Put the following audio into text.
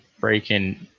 freaking